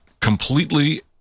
completely